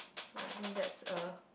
I think that's a